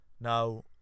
Now